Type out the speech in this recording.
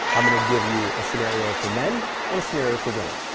i'm going to give you a scenario for men and a scenario for women.